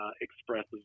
Expresses